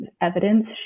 evidence